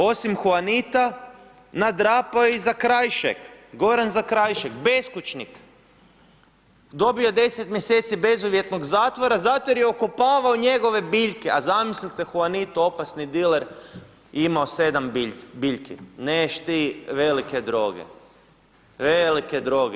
Osim Huanita nadrapao je i Zakrajšek, Goran Zakrajšek beskućnik, dobio je 10 mjeseci bezuvjetnog zatvora zato jer je okopavao njegove biljke, a zamislite Huanito opasni diler imao 7 biljki, neš ti velike droge, velike droge.